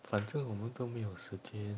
反正我们都没有时间